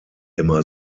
immer